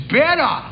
better